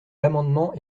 l’amendement